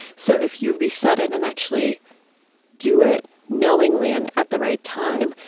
so if you reset it and actually do it knowingly and at the right time,